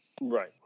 Right